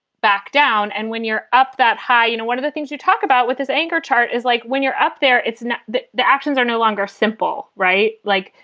back down. and when you're up that high, you know, one of the things you talk about with this anchor chart is like when you're up there, it's the the actions are no longer simple. right. like,